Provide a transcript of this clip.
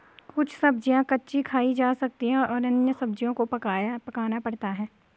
कुछ सब्ज़ियाँ कच्ची खाई जा सकती हैं और अन्य सब्ज़ियों को पकाना पड़ता है